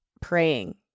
Praying